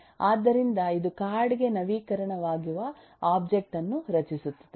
ಆದ್ದರಿಂದ ಇದು ಕಾರ್ಡ್ ಗೆ ನವೀಕರಣವಾಗುವ ಒಬ್ಜೆಕ್ಟ್ ವನ್ನು ರಚಿಸುತ್ತದೆ